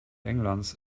englands